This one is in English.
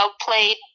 played